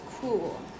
cool